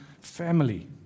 family